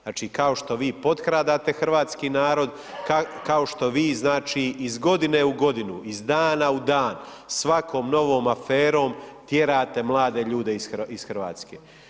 Znači, kao što vi potkradate hrvatski narod, kao što vi, znači, iz godine u godinu, iz dana u dan, svakom novom aferom tjerate mlade ljude iz RH.